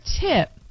tip